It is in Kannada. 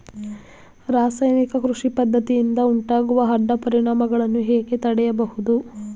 ರಾಸಾಯನಿಕ ಕೃಷಿ ಪದ್ದತಿಯಿಂದ ಉಂಟಾಗುವ ಅಡ್ಡ ಪರಿಣಾಮಗಳನ್ನು ಹೇಗೆ ತಡೆಯಬಹುದು?